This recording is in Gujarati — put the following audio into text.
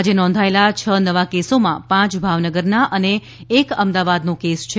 આજે નોંધાયેલા છ નવા કેસોમાં પાંચ ભાવનગરના અને એક અમદાવાદનો કેસ છે